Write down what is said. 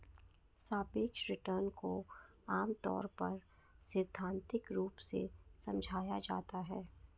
सापेक्ष रिटर्न को आमतौर पर सैद्धान्तिक रूप से समझाया जाता है